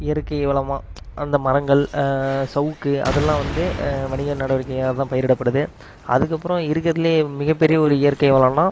இயற்கை வளமா அந்த மரங்கள் சவுக்கு அதெல்லாம் வந்து வணிக நடவடிக்கைக்காக தான் பயிரிடப்படுது அதுக்கப்புறம் இருக்கறதில் மிகப்பெரிய ஒரு இயற்கை வளம்னால்